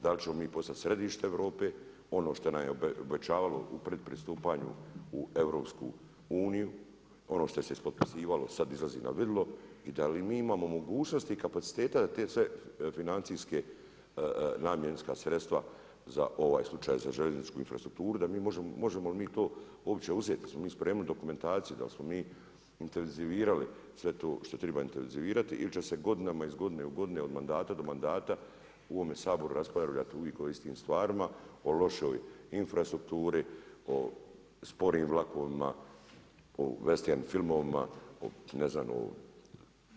Da li ćemo mi postati središte Europe, ono što nam je obećavalo u pred pristupanju u EU, ono šta se ispotpisivalo sad izlazi na vidjelo, i dal i mi imamo mogućnosti i kapaciteta da ta sva financijska namjenska sredstva za ovaj slučaj, za željezničku infrastrukturu, možemo li mi to uopće uzeti, jesmo mi spremili dokumentaciju, da li smo mi intenzivirali sve to što treba intezivirati ili će godine u godinu, od mandata do mandata u ovome Saboru raspravljati uvijek o istim stvarima, o lošoj infrastrukturi, o sporim vlakovima, o vestern filmovima, ne znam.